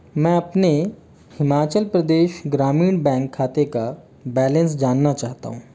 मैं अपने हिमाचल प्रदेश ग्रामीण बैंक खाते का बैलेंस जानना चाहता हूँ